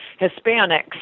Hispanics